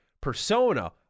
Persona